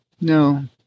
No